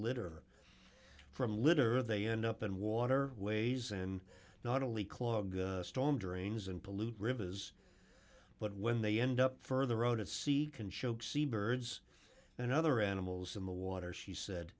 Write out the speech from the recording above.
litter from litter they end up in water ways and not only clogged storm drains and pollute rivers but when they end up further out at sea can choke sea birds and other animals in the water she said